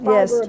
Yes